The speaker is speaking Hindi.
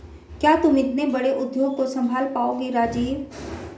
क्या तुम इतने बड़े उद्योग को संभाल पाओगे राजीव?